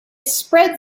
spread